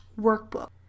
workbook